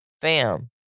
fam